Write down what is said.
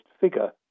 figure